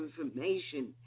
information